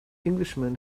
englishman